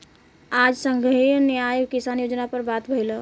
आज संघीय न्याय किसान योजना पर बात भईल ह